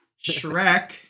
Shrek